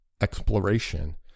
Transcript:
exploration